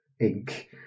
ink